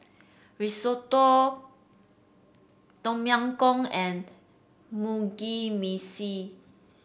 Risotto Tom Yam Goong and Mugi Meshi